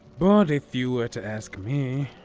but if you were to ask me,